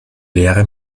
leere